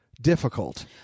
difficult